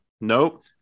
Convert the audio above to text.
Nope